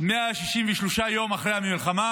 163 יום אחרי המלחמה,